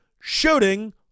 shooting